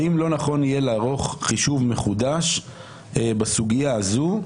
האם לא נכון יהיה לערוך חישוב מחודש בסוגיה הזו,